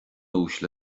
uaisle